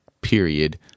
period